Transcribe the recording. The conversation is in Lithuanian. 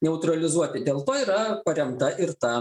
neutralizuoti dėl to yra paremta ir ta